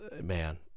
man